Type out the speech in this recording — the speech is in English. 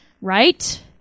Right